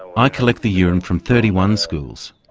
i collect the urine from thirty one schools.